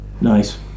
nice